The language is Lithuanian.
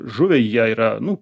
žuviai jie yra nu